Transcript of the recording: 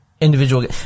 Individual